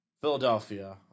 Philadelphia